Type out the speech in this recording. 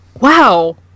wow